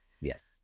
Yes